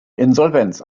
insolvenz